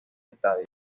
estadio